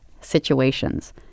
situations